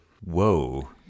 Whoa